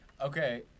Okay